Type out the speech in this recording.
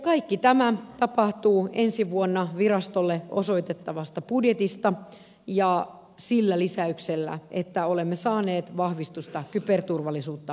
kaikki tämä tapahtuu ensi vuonna virastolle osoitettavasta budjetista sillä lisäyksellä että olemme saaneet vahvistusta kyberturvallisuutta vahvistaviin toimintoihin